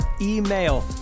email